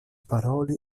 paroli